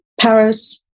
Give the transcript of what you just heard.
Paris